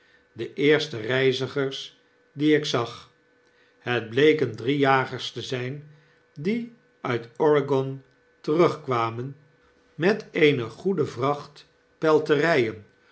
de eerste reizigers die ik zag het bleken drie jagers te zp die uit r egon terugkwamen met eene goede vracht